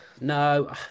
No